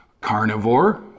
carnivore